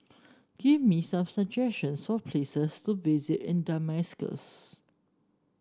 give me some suggestions for places to visit in Damascus